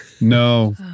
No